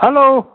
hello